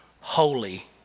Holy